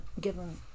given